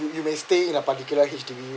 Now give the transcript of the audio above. you may stay in a particular H_D_B